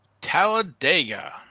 Talladega